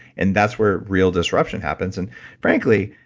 and that's where real disruption happens. and frankly,